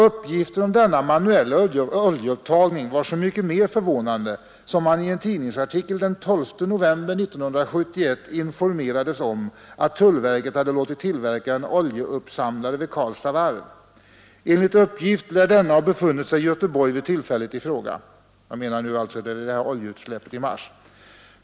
Uppgifter om denna manuella oljeupptagning var så mycket mera förvånande, som man i en tidningsartikel den 12 november 1971 informerades om att tullverket hade låtit tillverka en oljeuppsamlare vid Karlstads varv. Enligt uppgift lär denna ha befunnit sig i Göteborg vid tillfället i fråga, alltså vid oljeutsläppet i mars.